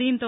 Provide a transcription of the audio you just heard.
దీంతో